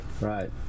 right